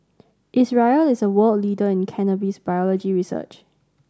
Israel is a world leader in cannabis biology research